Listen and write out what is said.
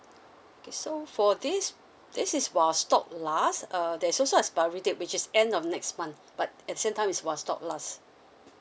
okay so for this this is while stock last err there's also expiry date which is end of next month but at the same time is while stock last